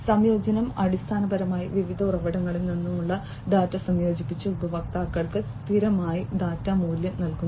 സംയോജനം അടിസ്ഥാനപരമായി വിവിധ ഉറവിടങ്ങളിൽ നിന്നുള്ള ഡാറ്റ സംയോജിപ്പിച്ച് ഉപയോക്താക്കൾക്ക് സ്ഥിരമായ ഡാറ്റ മൂല്യം നൽകുന്നു